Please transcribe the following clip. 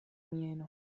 mieno